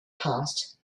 passed